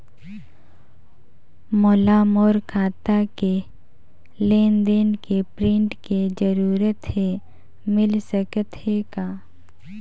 मोला मोर खाता के लेन देन के प्रिंट के जरूरत हे मिल सकत हे का?